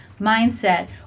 mindset